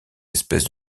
espèces